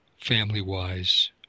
family-wise